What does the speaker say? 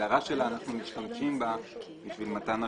ההגדרה שלה, אנחנו משתמשים בה בשביל מתן הרישיון.